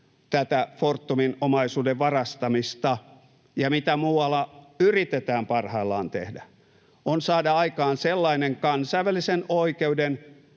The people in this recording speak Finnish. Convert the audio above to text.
tätä Fortumin omaisuuden varastamista ja mitä muualla yritetään parhaillaan tehdä, on saada aikaan sellainen kansainvälisen oikeuden